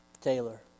Taylor